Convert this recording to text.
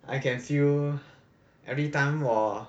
I can feel everytime !wah!